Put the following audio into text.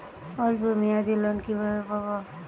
অল্প মেয়াদি লোন কিভাবে পাব?